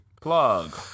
plug